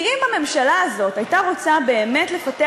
כי אם הממשלה הזאת הייתה רוצה באמת לפתח